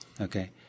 Okay